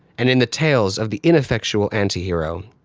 and in the tales of the ineffectual anti-hero,